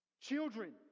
children